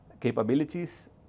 capabilities